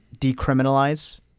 decriminalize